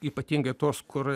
ypatingai tos kur